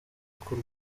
k’u